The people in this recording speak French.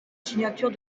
signature